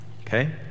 Okay